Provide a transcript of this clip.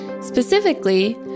Specifically